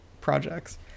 projects